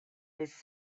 his